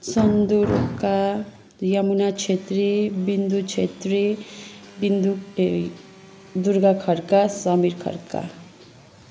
सन्दु रोका यमुना छेत्री बिन्दु छेत्री बिन्दु ए दुर्गा खडका समीर खडका